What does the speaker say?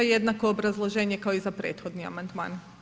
Jednako obrazloženje kao i za prethodni amandman.